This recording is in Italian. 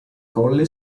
colle